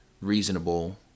reasonable